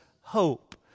hope